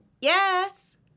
Yes